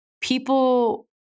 people